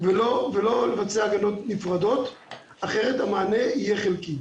ולא לבצע הגנות נפרדות, אחרת המענה יהיה חלקי.